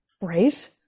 right